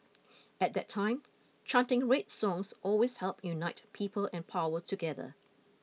at that time chanting red songs always helped unite people and power together